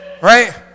Right